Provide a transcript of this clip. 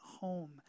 home